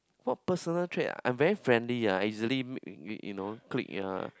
what personal trait I'm very friendly ah easily mix you know click ya